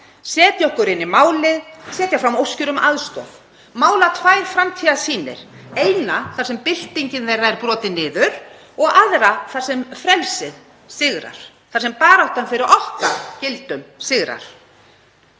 setja okkur inn í málið, setja fram óskir um aðstoð, mála tvær framtíðarsýnir, eina þar sem byltingin þeirra er brotin niður og aðra þar sem frelsið sigrar, þar sem baráttan fyrir okkar gildum sigrar.